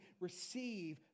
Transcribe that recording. receive